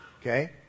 Okay